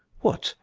what,